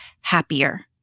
happier